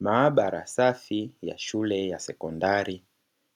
Maabara safi ya shule ya sekondari,